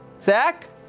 Zach